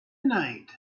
night